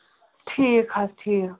ٹھیٖک حظ ٹھیٖک